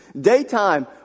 Daytime